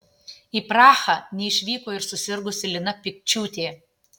į prahą neišvyko ir susirgusi lina pikčiūtė